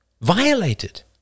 violated